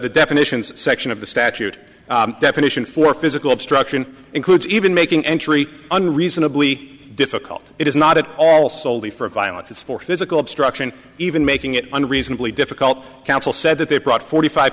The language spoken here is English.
the definitions section of the statute definition for physical obstruction includes even making entry unreasonably difficult it is not at all soley for violence it's for physical obstruction even making it unreasonably difficult counsel said that they brought forty five